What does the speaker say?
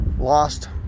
lost